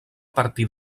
partir